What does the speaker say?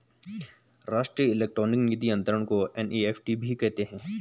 राष्ट्रीय इलेक्ट्रॉनिक निधि अनंतरण को एन.ई.एफ.टी कहते हैं